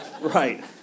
right